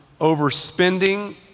overspending